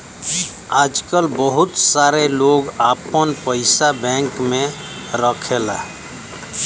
आजकल बहुत सारे लोग आपन पइसा बैंक में रखला